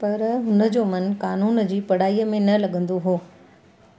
पर हुन जो मनु कानून जी पढ़ाईअ में न लॻंदो हुओ